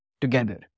together